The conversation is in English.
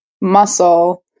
muscle